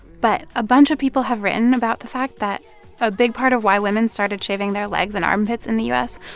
but a bunch of people have written about the fact that a big part of why women started shaving their legs and armpits in the u s.